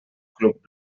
club